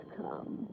come